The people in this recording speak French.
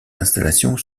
installations